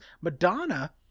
Madonna